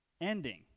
ending